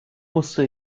musste